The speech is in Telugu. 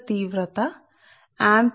కాబట్టి ఇక్కడ కూడా ఇది x ఇక్కడ ఉందిసరే